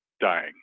dying